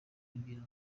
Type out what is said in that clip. kugira